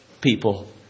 people